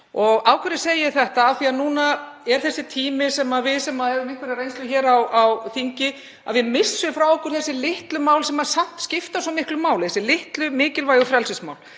Og af hverju segi ég þetta? Af því að nú er þessi tími sem við, sem höfum einhverja reynslu hér á þingi, missum frá okkur þessi litlu mál sem skipta samt svo miklu máli, þessi litlu mikilvægu frelsismál